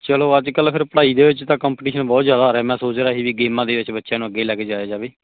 ਚਲੋ ਅੱਜ ਕੱਲ੍ਹ ਫਿਰ ਪੜ੍ਹਾਈ ਦੇ ਵਿੱਚ ਤਾਂ ਬਹੁਤ ਜ਼ਿਆਦਾ ਆ ਰਿਹਾ ਮੈਂ ਸੋਚ ਰਿਹਾ ਸੀ ਵੀ ਗੇਮਾਂ ਦੇ ਵਿੱਚ ਬੱਚਿਆਂ ਨੂੰ ਅੱਗੇ ਲੈ ਕੇ ਜਾਇਆ ਜਾਵੇ